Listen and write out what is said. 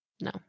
No